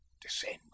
descend